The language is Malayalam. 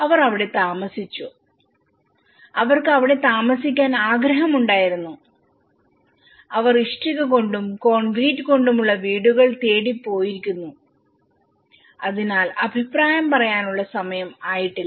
അവർ അവിടെ താമസിച്ചു അവർക്ക് അവിടെ താമസിക്കാൻ ആഗ്രഹമുണ്ടായിരുന്നു അവർ ഇഷ്ടിക കൊണ്ടും കോൺക്രീറ്റ് കൊണ്ടും ഉള്ള വീടുകൾ തേടി പോയിരിക്കുന്നു അതിനാൽ അഭിപ്രായം പറയാനുള്ള സമയം ആയിട്ടില്ല